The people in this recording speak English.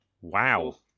Wow